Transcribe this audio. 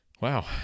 Wow